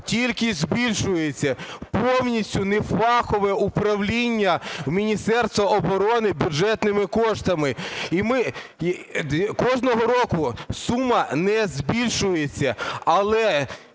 тільки збільшується, повністю нефахове управління Міністерства оборони бюджетними коштами. Кожного року сума не збільшується, але